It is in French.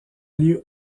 lieu